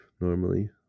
normally